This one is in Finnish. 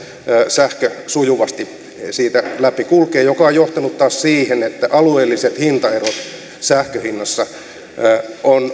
sähkö sujuvasti siitä läpi kulkee mikä on johtanut taas siihen että alueelliset hintaerot sähkön hinnassa